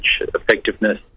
effectiveness